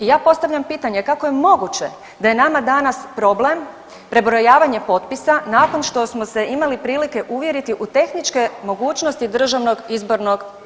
I ja postavljam pitanje, kako je moguće da je nama danas problem prebrojavanje potpisa nakon što smo se imali prilike uvjeriti u tehničke mogućnosti DIP-a.